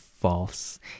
false